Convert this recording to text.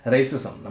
Racism